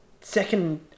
second